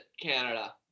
Canada